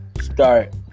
start